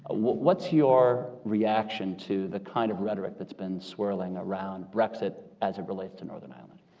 what's your reaction to the kind of rhetoric that's been swirling around brexit as it relates to northern ireland?